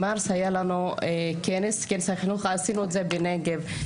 עשינו כנס חינוך בנגב בחודש מרץ,